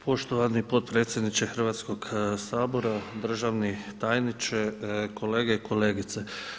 Poštovani potpredsjedniče Hrvatskoga sabora, državni tajniče, kolege i kolegice.